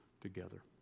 together